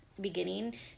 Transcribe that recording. beginning